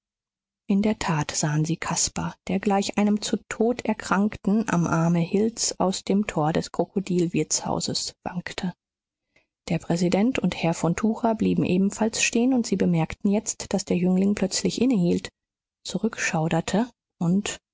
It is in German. in der tat sahen sie caspar der gleich einem zu tod erkrankten am arme hills aus dem tor des krokodilwirtshauses wankte der präsident und herr von tucher blieben ebenfalls stehen und sie bemerkten jetzt daß der jüngling plötzlich innehielt zurückschauderte und